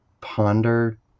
ponder